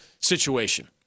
situation